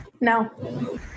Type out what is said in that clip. No